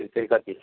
त्यो चाहिँ कति